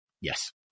yes